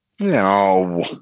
No